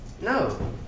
no